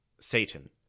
Satan